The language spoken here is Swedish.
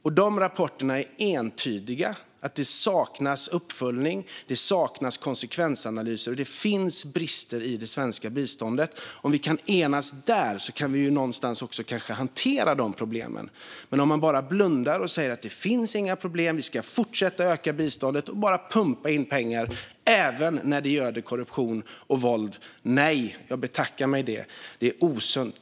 Och dessa rapporter är entydiga när det gäller att det saknas uppföljning och konsekvensanalyser och att det finns brister i det svenska biståndet. Om vi kan enas där kan vi någonstans kanske också hantera dessa problem. Men om man bara blundar och säger att det inte finns några problem och att vi ska fortsätta öka biståndet och bara pumpa in pengar även när det göder korruption och våld betackar jag mig för det. Det är osunt.